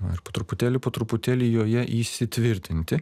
va ir po truputėlį po truputėlį joje įsitvirtinti